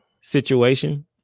situation